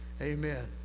Amen